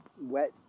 wet